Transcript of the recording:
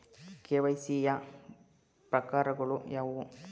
KYC ಯ ಪ್ರಕಾರಗಳು ಯಾವುವು?